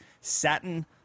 satin